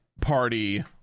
party